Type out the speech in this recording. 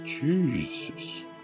Jesus